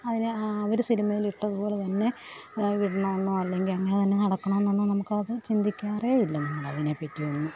അതിന് അവർ സിനിമയിലിട്ടത് പോലെ തന്നെ ഇടണമെന്നോ അല്ലെങ്കിൽ അങ്ങനെ തന്നെ നടക്കണമെന്നൊന്നും നമുക്കത് ചിന്തിക്കാറേയില്ല നമ്മളതിനെപ്പറ്റിയൊന്നും